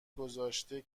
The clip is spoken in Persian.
گذاشته